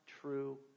true